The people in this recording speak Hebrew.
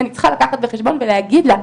אני צריכה לקחת בחשבון ולהגיד לה,